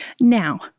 Now